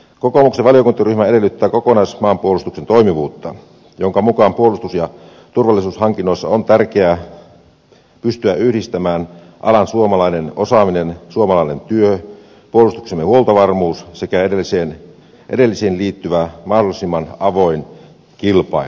kokoomuksen valiokuntaryhmä edellyttää kokonaismaanpuolustuksen toimivuutta jonka mukaan puolustus ja turvallisuushankinnoissa on tärkeää pystyä yhdistämään alan suomalainen osaaminen suomalainen työ puolustuksemme huoltovarmuus sekä edellisiin liittyvä mahdollisimman avoin kilpailu